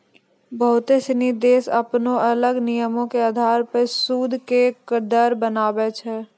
बहुते सिनी देश अपनो अलग नियमो के अधार पे सूद के दर बनाबै छै